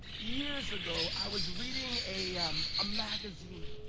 years ago, i was reading a um ah magazine.